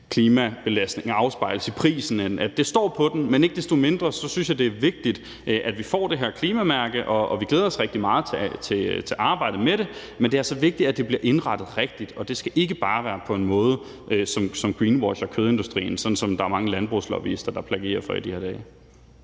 klimabelastning afspejles i prisen, end at det står på den, men ikke desto mindre synes jeg, det er vigtigt, at vi får det her klimamærke, og vi glæder os rigtig meget til arbejdet med det. Men det er altså vigtigt, at det bliver indrettet rigtigt, og det skal ikke bare være på en måde, som greenwasher kødindustrien, sådan som der er mange landbrugslobbyister, der plæderer for i de her dage.